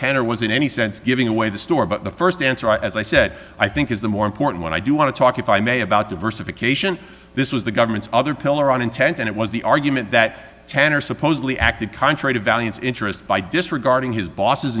tender was in any sense giving away the store but the st answer as i said i think is the more important one i do want to talk if i may about diversification this was the government's other pillar on intent and it was the argument that tender supposedly acted contrary to valiance interest by disregarding his boss's